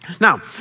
Now